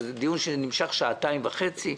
זה דיון שנמשך כבר שעתיים וחצי.